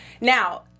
Now